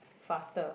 faster